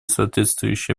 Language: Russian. соответствующие